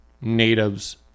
natives